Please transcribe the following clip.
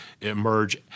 emerge